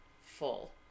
full